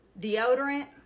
deodorant